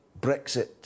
Brexit